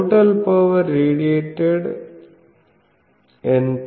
total power radiated ఎంత